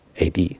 AD